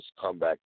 comeback